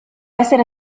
essere